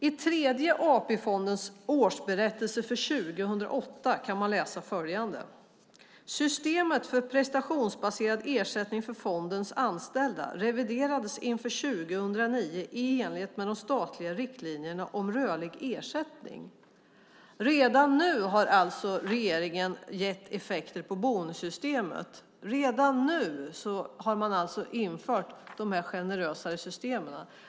I Tredje AP-fondens årsberättelse för 2008 kan man läsa följande: Systemet för prestationsbaserad ersättning för fondens anställda revideras inför 2009 i enlighet med de statliga riktlinjerna om rörlig ersättning. Redan nu har regeringens beslut alltså gett effekter på bonussystemet. Redan nu har man alltså infört generösare system.